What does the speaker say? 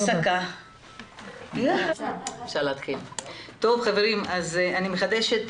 (הישיבה נפסקה בשעה 12:40 ונתחדשה בשעה 13:40.) אני מחדשת את